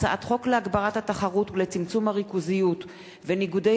הצעת חוק להגברת התחרות ולצמצום הריכוזיות וניגודי